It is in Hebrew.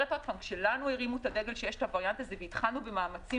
כשלנו הרימו את הדגל שיש הווריאנט הזה והתחלנו במאמצים